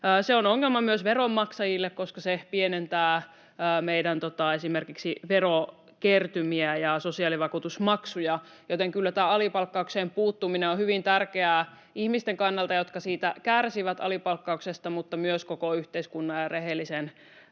Se on ongelma myös veronmaksajille, koska se pienentää esimerkiksi meidän verokertymiä ja sosiaalivakuutusmaksuja, joten kyllä tämä alipalkkaukseen puuttuminen on hyvin tärkeää ihmisten kannalta, jotka siitä alipalkkauksesta kärsivät, mutta myös koko yhteiskunnan ja rehellisten